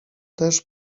też